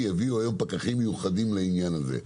יביאו היום פקחים מיוחדים לעניין הזה.